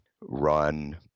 run